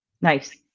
Nice